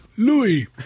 Louis